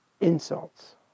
insults